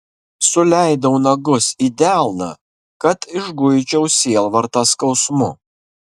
suleidau nagus į delną kad išguičiau sielvartą skausmu